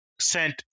sent